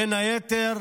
בין היתר